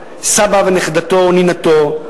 סבא ונכדתו או נינתו,